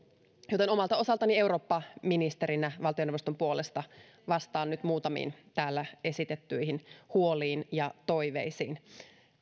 joten omalta osaltani eurooppaministerinä valtioneuvoston puolesta vastaan nyt muutamiin täällä esitettyihin huoliin ja toiveisiin